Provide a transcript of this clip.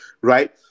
right